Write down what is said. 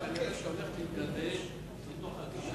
וכנראה הולך להתגבש בתוך חצי שנה,